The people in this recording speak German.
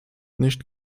nicht